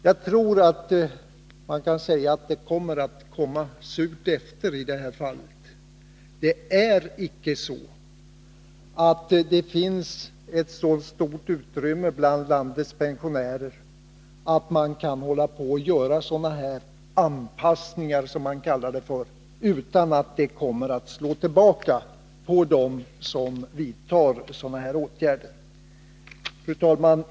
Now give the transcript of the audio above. Jag tror att det kommer surt efter i det här fallet. Det finns icke ett så stort ekonomiskt utrymme bland landets pensionärer att man kan göra detta slags anpassningar, som man kallar det, utan att det kommer att slå tillbaka på dem som vidtar de åtgärderna. Fru talman!